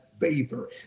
favor